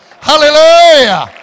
Hallelujah